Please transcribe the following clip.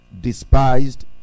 despised